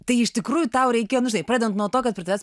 tai iš tikrųjų tau reikėjo nu žinai pradedant nuo to kad prie tavęs